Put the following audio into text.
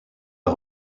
est